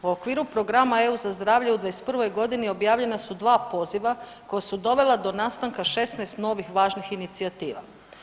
U okviru programa EU za zdravlje u '21. godini objavljena su 2 poziva koja su dovela do nastanka 16 novih važnih inicijativa.